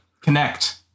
connect